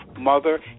mother